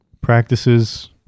practices